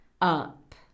up